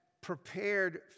prepared